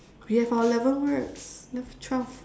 we have our eleven words left twelve